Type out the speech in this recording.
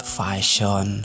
fashion